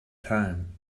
time